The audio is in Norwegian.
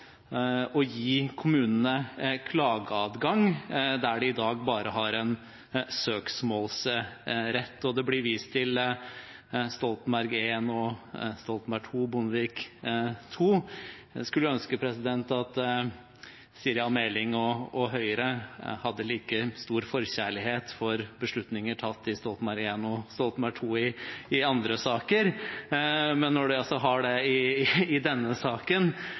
gi kommunene klageadgang der de i dag bare har en søksmålsrett, og det blir vist til regjeringene Stoltenberg I, Stoltenberg II og Bondevik II. Jeg skulle ønske at Siri A. Meling og Høyre hadde en like stor forkjærlighet for beslutninger tatt i Stoltenberg I og Stoltenberg II i andre saker, men i denne saken er det